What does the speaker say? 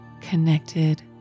connected